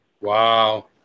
Wow